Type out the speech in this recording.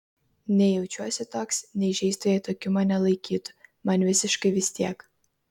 nei jaučiuosi toks nei žeistų jei tokiu mane laikytų man visiškai vis tiek